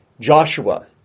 Joshua